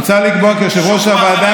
מוצע לקבוע כי יושב-ראש הוועדה,